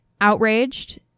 outraged